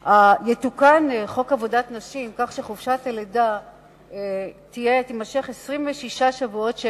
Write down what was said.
יתוקן חוק עבודת נשים כך שחופשת הלידה תימשך 26 שבועות,